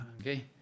Okay